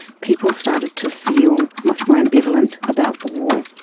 people started to feel much more ambivalent about the war,